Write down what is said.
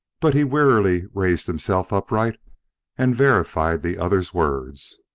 but he wearily raised himself upright and verified the other's words.